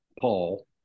Paul